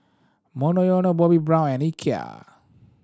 Monoyono Bobbi Brown and Ikea